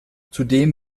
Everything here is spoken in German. zudem